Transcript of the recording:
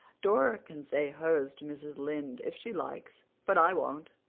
dora can say hers to mrs. lynde if she likes, but i won't.